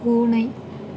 பூனை